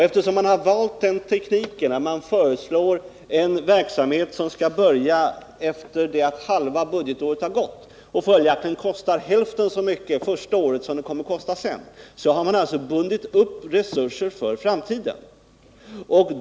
Eftersom man valt den tekniken att man föreslår en verksamhet som skall börja efter det att halva budgetåret har gått och det följaktligen kommer att kosta hälften så mycket första året som det kommer att kosta sedan, har man alltså bundit upp resurser för framtiden.